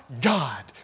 God